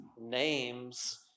names